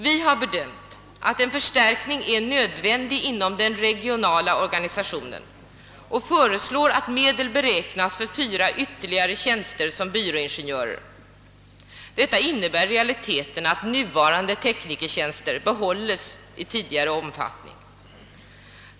Vi anser att en förstärkning är nödvändig inom den regionala organisationen och föreslår att medel beräknas för fyra ytterligare tjänster som byråingenjör. Detta innebär i realiteten att nuvarande teknikertjänst behålls i tidigare omfattning.